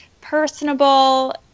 personable